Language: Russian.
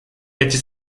эти